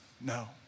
no